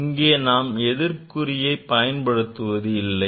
இங்கே நாம் எதிர் குறியை பயன்படுத்துவது இல்லை